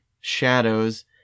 shadows